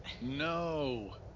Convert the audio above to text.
No